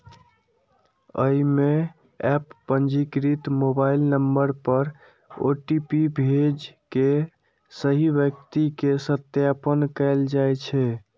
अय मे एप पंजीकृत मोबाइल नंबर पर ओ.टी.पी भेज के सही व्यक्ति के सत्यापन कैल जाइ छै